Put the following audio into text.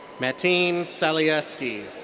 metin salieski.